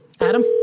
Adam